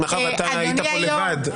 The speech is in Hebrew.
מאחר שהיית פה לבד,